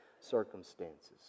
circumstances